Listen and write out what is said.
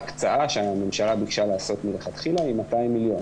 הקצאה שהממשלה ביקשה לעשות מלכתחילה היא 200 מיליון.